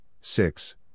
six